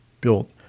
built